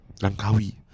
Langkawi